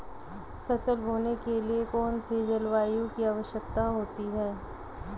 फसल बोने के लिए कौन सी जलवायु की आवश्यकता होती है?